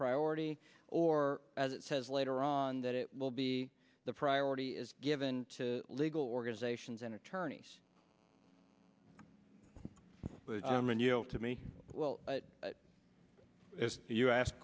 priority or as it says later on that it will be the priority is given to legal organizations and attorneys new to me well if you ask